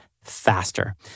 faster